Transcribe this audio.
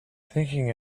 thinking